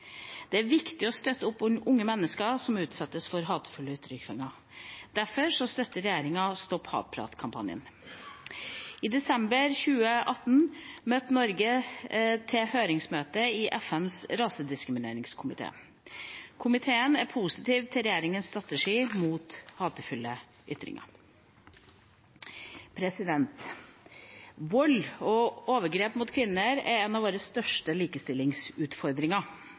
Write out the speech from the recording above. Det er viktig å støtte opp om unge mennesker som utsettes for hatefulle ytringer. Derfor støtter regjeringa «Stopp hatprat»-kampanjen. I desember 2018 møtte Norge til høringsmøte med FNs rasediskrimineringskomité. Komiteen er positiv til regjeringas strategi mot hatefulle ytringer. Vold og overgrep mot kvinner er en av våre største likestillingsutfordringer.